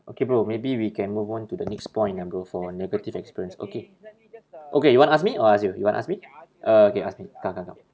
okay bro maybe we can move on to the next point ah bro for negative experience okay okay you wanna ask me or I ask you you want ask me okay ask me come come come